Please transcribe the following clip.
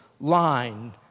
line